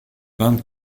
vingt